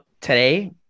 today